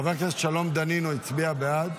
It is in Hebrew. חבר הכנסת שלום דנינו הצביע בעד,